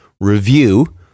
review